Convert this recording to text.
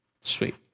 Sweet